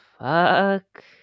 fuck